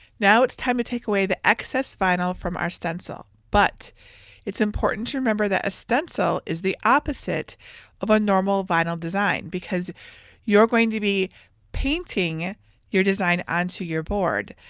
now it's time to take away the excess vinyl from our stencil but it's important to remember that a stencil is the opposite of a normal vinyl design because you're going to be painting your design onto your board.